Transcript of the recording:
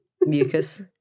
mucus